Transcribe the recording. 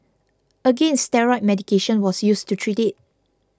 again steroid medication was used to treat it